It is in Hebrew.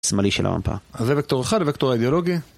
שמאלי של המפה. אז זה וקטור אחד, הוקטור האידיאולוגי.